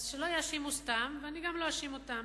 אז שלא יאשימו סתם, ואני גם לא אאשים אותם.